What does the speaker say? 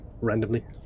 randomly